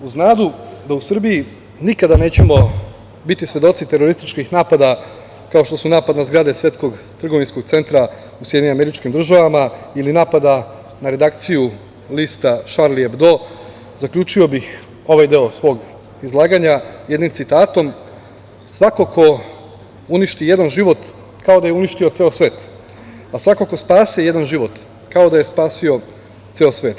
Uz nadu da u Srbiji nikada nećemo biti svedoci terorističkih napada, kao što su napadi na zgrade Svetskog trgovinskog centra u SAD ili napada na Redakciju Lista „Šarli Ebdo“ zaključio bih ovaj deo svog izlaganja jednim citatom –„ Svako ko uništi jedan život kao da je uništio ceo svet, a svako ko spase jedan život kao da je spasio ceo svet“